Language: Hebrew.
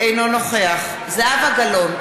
אינו נוכח זהבה גלאון,